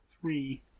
Three